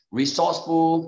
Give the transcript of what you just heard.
resourceful